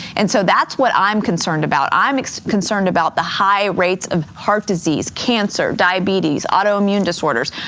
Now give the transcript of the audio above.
and so that's what i'm concerned about. i'm concerned about the high rates of heart disease, cancer, diabetes, autoimmune disorders.